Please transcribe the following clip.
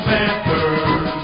Panthers